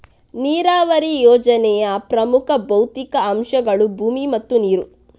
ನೀರಾವರಿ ಯೋಜನೆಯ ಪ್ರಮುಖ ಭೌತಿಕ ಅಂಶಗಳು ಭೂಮಿ ಮತ್ತು ನೀರು